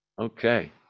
Okay